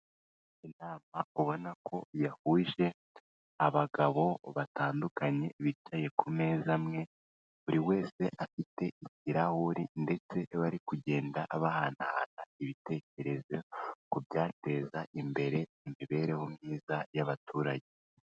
Inama ubona ko yahuje abagabo batandukanye bicaye ku meza amwe, buri wese afite ikirahuri ndetse bari kugenda bahanahana ibitekerezo, ku byateza imbere imibereho myiza y'abaturage.